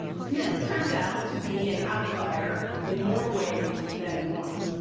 smith turned out to be an outlier in more ways than one.